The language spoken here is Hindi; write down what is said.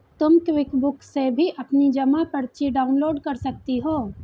तुम क्विकबुक से भी अपनी जमा पर्ची डाउनलोड कर सकती हो